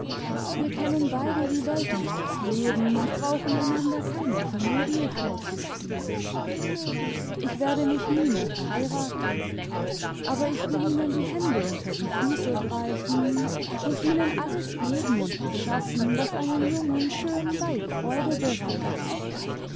wir kennen beide die welt und das leben und brauchen einander keine komödie vorzuspielen ich werde mich nie mehr verheiraten aber ich will ihnen die hände unter die füße breiten und ihnen alles geben und verschaffen was einem jungen schönen weib freude bereitet